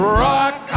rock